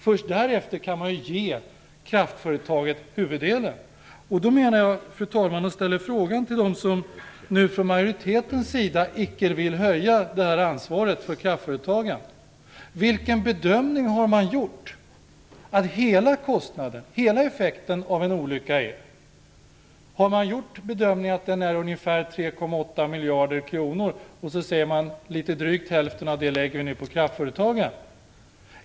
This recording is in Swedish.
Först därefter kan man ge kraftföretagen huvuddelen av ansvaret. Fru talman! Jag vill ställa en fråga till dem från majoritetens sida som icke vill öka ansvaret för kraftföretagen. Hur stor har man bedömt att hela kostnaden - hela effekten - av en olycka är? Har man gjort bedömningen att kostnaden är ungefär 3,8 miljarder kronor och att man kan lägga litet drygt hälften av den summan på kraftföretagen?